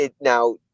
Now